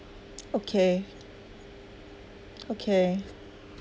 okay okay